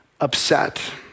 upset